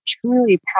truly